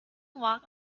walk